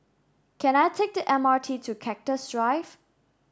can I take the M R T to Cactus Drive